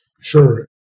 Sure